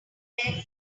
air